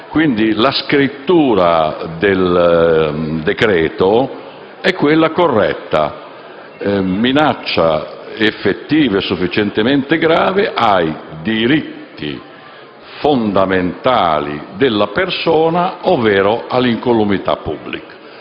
norma di cui al decreto è quella corretta: «minaccia concreta, effettiva e sufficientemente grave ai diritti fondamentali della persona ovvero all'incolumità pubblica».